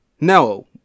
No